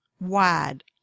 wide